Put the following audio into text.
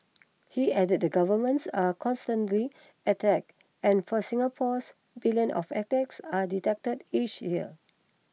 he added that governments are constantly attacked and for Singapore's billions of attacks are detected each year